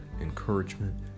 encouragement